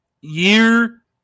Year